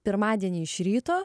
pirmadienį iš ryto